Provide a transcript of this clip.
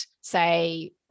say